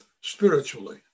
spiritually